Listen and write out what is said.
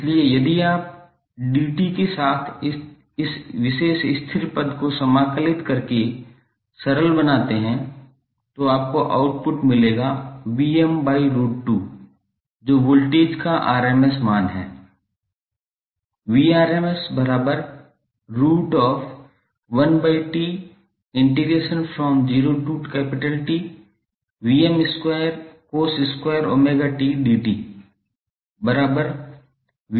इसलिए यदि आप dt के साथ इस विशेष स्थिर पद को समाकलित करके सरल बनाते हैं तो आपको आउटपुट मिलेगा √2 जो वोल्टेज का rms मान है